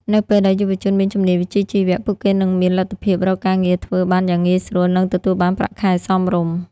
នៅពេលដែលយុវជនមានជំនាញវិជ្ជាជីវៈ ពួកគេនឹងមានលទ្ធភាពរកការងារធ្វើបានយ៉ាងងាយស្រួល និងទទួលបានប្រាក់ខែសមរម្យ។